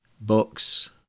books